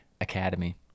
Academy